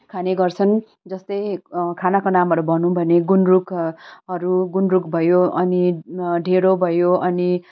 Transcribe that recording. खाने गर्छन् जस्तै खानाको नामहरू भन्नु भने गुन्द्रुकहरू गुन्द्रुक भयो अनि ढिँडो भयो अनि